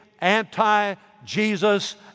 anti-Jesus